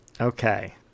okay